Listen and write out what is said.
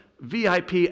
VIP